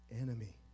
enemy